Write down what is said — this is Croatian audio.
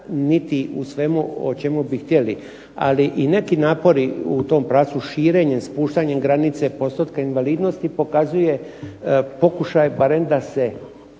niti u svemu o čemu bi htjeli. Ali i neki napori u tom pravcu širenjem, spuštanjem granice postotka invalidnosti pokazuje pokušaj barem da se